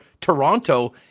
Toronto